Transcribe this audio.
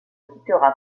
quittera